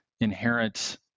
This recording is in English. inherent